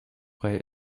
way